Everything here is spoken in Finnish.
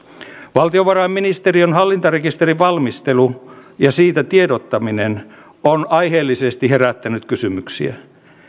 valtiovarainministeriön hallintarekisterin valmistelu ja siitä tiedottaminen on aiheellisesti herättänyt kysymyksiä